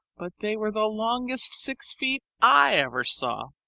but they were the longest six feet i ever saw.